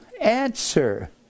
answer